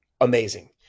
Amazing